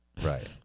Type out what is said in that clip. right